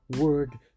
word